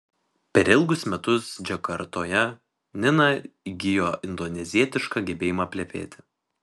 per ilgus metus džakartoje nina įgijo indonezietišką gebėjimą plepėti